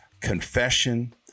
confession